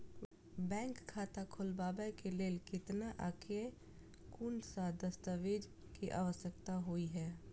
Bank खाता खोलबाबै केँ लेल केतना आ केँ कुन सा दस्तावेज केँ आवश्यकता होइ है?